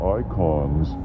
icons